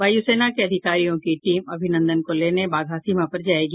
वायुसेना के अधिकारियों की टीम अभिनंदन को लेने बाघा सीमा पर जायेगी